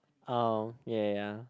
oh ya ya ya